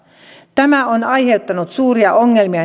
tämä on aiheuttanut suuria ongelmia